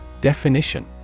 Definition